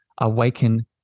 awaken